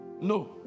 no